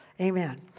Amen